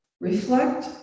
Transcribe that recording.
Reflect